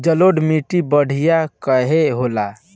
जलोड़ माटी बढ़िया काहे होला?